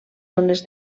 zones